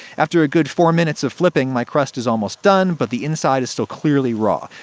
after a good four minutes of flipping, my crust is almost done, but the inside is still clearly raw.